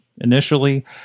initially